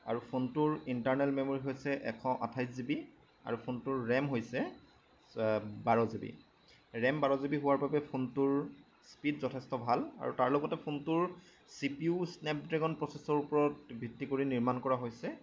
আৰু ফোনটোৰ internal memory হৈছে এশ আঠাইছ জিবি আৰু ফোনটোৰ ৰেম হৈছে বাৰ জিবি ৰেম বাৰ জিবি হোৱাৰ বাবে ফোনটোৰ স্পীড যথেষ্ট ভাল আৰু তাৰ লগতে ফোনটোৰ চিপিউ স্নেপ ড্ৰেগন প্ৰচেচৰ ওপৰত ভিত্তি কৰি নিৰ্মাণ কৰা হৈছে